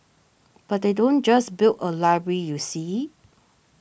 but they don't just build a library you see